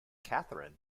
catherine